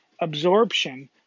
absorption